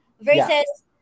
versus